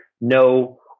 no